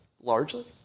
largely